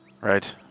Right